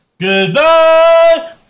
Goodbye